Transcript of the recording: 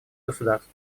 государств